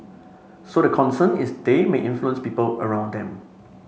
so the concern is they may influence people around them